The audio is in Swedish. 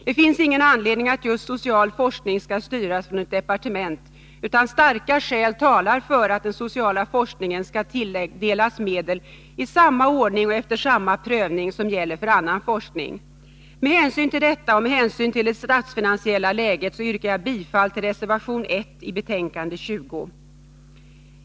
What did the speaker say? Det finns ingen anledning att just social forskning skall styras från ett departement, utan starka skäl talar för att den sociala forskningen skall tilldelas medel i samma ordning och efter samma prövning som gäller för annan forskning. Med hänsyn till detta och med hänsyn till det statsfinan siella läget yrkar jag bifall till reservation 1 i betänkande 20.